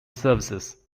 services